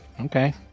Okay